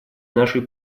нашей